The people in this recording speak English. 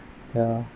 ya